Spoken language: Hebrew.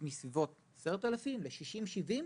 מסביבות 10,000 ל-60,000 70,000,